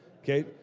Okay